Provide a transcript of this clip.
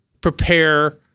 prepare